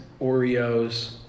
Oreos